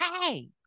Hey